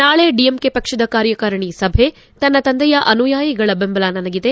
ನಾಳೆ ಡಿಎಂಕೆ ಪಕ್ಷದ ಕಾರ್ಯಕಾರಣಿ ಸಭೆ ತನ್ನ ತಂದೆಯ ಅನುಯಾಯಿಗಳ ಬೆಂಬಲ ನನಗಿದೆ